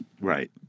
Right